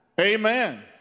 Amen